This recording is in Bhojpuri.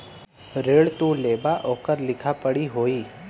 ऋण तू लेबा ओकर लिखा पढ़ी होई